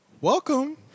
Welcome